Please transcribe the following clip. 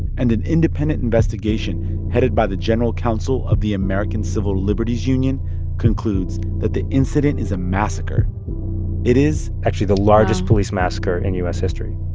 and an independent investigation headed by the general counsel of the american civil liberties union concludes that the incident is a massacre it is actually the largest police massacre in u s. history,